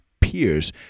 peers